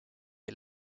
est